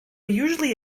usually